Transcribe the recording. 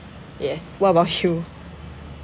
yes what about you